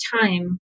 time